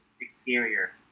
exterior